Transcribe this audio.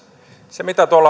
se mitä